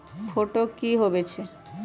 Fat की होवछै?